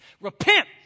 Repent